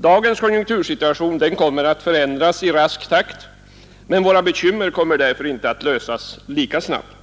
Dagens konjunktursituation kommer att förändras i rask takt, men våra bekymmer kommer därför inte att lösas lika snabbt.